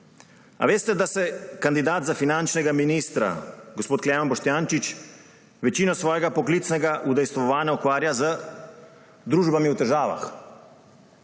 A veste, da se kandidat za finančnega ministra gospod Klemen Boštjančič večino svojega poklicnega udejstvovanja ukvarja z družbami v težavah?